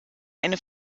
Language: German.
eine